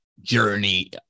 journey